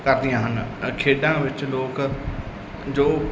ਕਰਦੀਆਂ ਹਨ ਅ ਖੇਡਾਂ ਵਿੱਚ ਲੋਕ ਜੋ